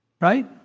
Right